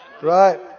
Right